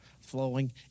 flowing